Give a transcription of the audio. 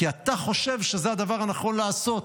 כי אתה חושב שזה הדבר הנכון לעשות.